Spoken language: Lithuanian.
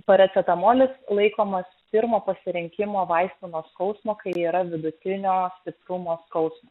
paracetamolis laikomas firma pasirinkimo vaistu nuo skausmo kai yra vidutinio stiprumo skausmas